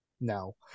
no